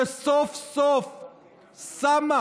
שסוף-סוף שמה,